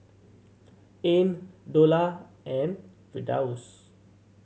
Ain Dollah and Firdaus